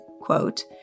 quote